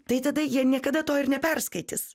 tai tada jie niekada to ir neperskaitys